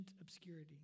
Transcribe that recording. obscurity